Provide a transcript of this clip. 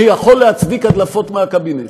שיכול להצדיק הדלפות מהקבינט.